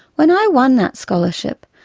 when i won that scholarship,